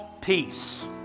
peace